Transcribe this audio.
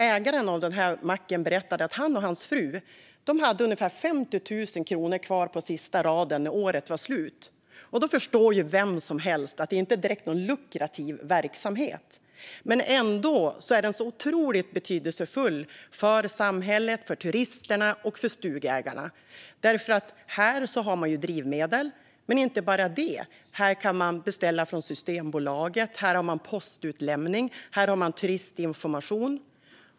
Ägaren till macken berättade att han och hans fru hade ungefär 50 000 kronor kvar på sista raden när året var slut. Då förstår ju vem som helst att det inte direkt är någon lukrativ verksamhet. Men ändå är den så otroligt betydelsefull för samhället, för turisterna och för stugägarna. Här har man drivmedel, men inte bara det. Man kan beställa från Systembolaget. Man har postutlämning och turistinformation.